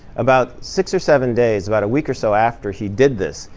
about six or seven days about a week or so after he did this,